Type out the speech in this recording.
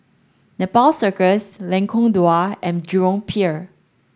Nepal Circus Lengkong Dua and Jurong Pier